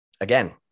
again